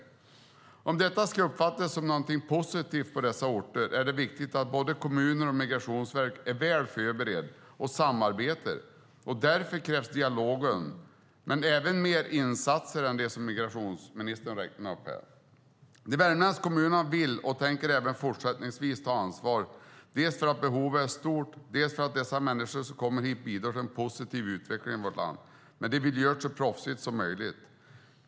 För att detta ska uppfattas som någonting positivt på dessa orter är det viktigt att både kommunerna och Migrationsverket är väl förberedda och samarbetar. Därför krävs en dialog, men även fler insatser är vad som ministern räknade upp här. Det Värmlandskommunerna vill är att även fortsättningsvis ta ansvar dels därför att behovet är stort, dels därför att de människor som kommer hit bidrar till en positiv utveckling av vårt land. Men de vill göra det så proffsigt som möjligt.